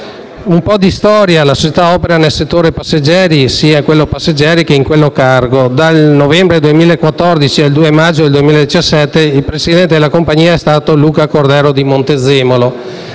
Un po' di storia. La società opera sia nel settore passeggeri che in quello cargo. Dal novembre 2014 al 2 maggio 2017 il presidente della compagnia è stato Luca Cordero di Montezemolo,